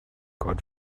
god